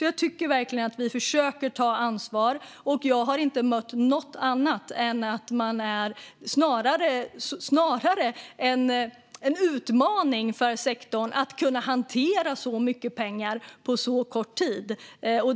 Jag tycker verkligen att regeringen försöker att ta ansvar, och jag har inte mött något annat än att det snarare är en utmaning för sektorn att hantera så mycket pengar på så kort tid.